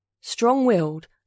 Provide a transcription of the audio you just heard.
Strong-willed